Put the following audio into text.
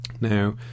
Now